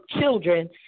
children